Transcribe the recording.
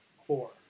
four